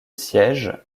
sièges